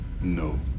No